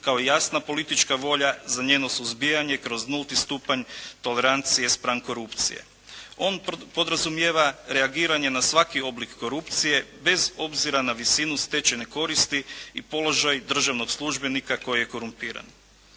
kao jasna politička volja za njeno suzbijanje kroz nulti stupanj tolerancije spram korupcije. On podrazumijeva reagiranje na svaki oblik korupcije bez obzira na visinu stečajne koristi i položaj državnog službenika koji je korumpiran.